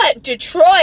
Detroit